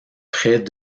près